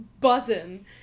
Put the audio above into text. buzzing